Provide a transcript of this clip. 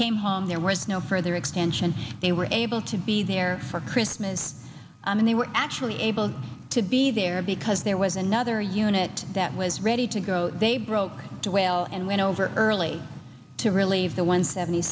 came home there was no further extension they were able to be there for christmas and they were actually able to be there because there was another unit that was ready to go they broke to wail and went over early to relieve the when seventy